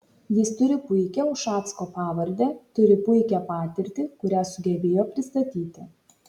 jis turi puikią ušacko pavardę turi puikią patirtį kurią sugebėjo pristatyti